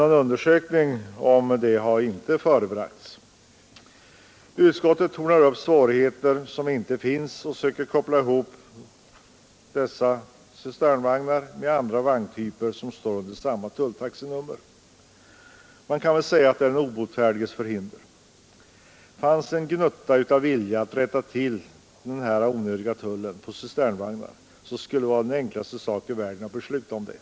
Någon undersökning om det har emellertid inte förebragts. Utskottet tornar upp svårigheter som inte finns och söker koppla ihop 37 dessa cisternvagnar med andra vagntyper som står under samma tulltaxenummer. Man kan väl säga att det är den obotfärdiges förhinder. Fanns en gnutta av vilja att ta bort den här onödiga tullen på cisternvagnar, skulle det vara den enklaste sak i världen att besluta om det.